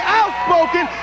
outspoken